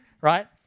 Right